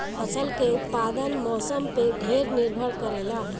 फसल के उत्पादन मौसम पे ढेर निर्भर करेला